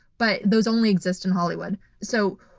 but those only exist in hollywood. so,